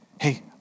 Hey